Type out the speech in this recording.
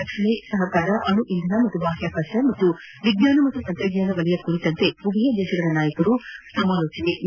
ರಕ್ಷಣಾ ಸಹಕಾರ ಅಣು ಇಂಧನ ಮತ್ತು ಬಾಹ್ವಾಕಾಶ ಹಾಗೂ ವಿಜ್ಞಾನ ತಂತ್ರಜ್ಞಾನ ವಲಯ ಕುರಿತಂತೆ ಉಭಯ ದೇಶಗಳ ನಾಯಕರು ಸಮಾಲೋಚನೆ ನಡೆಸಿದರು